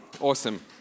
Awesome